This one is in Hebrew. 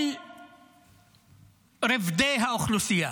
כל רובדי האוכלוסייה,